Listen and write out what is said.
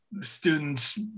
students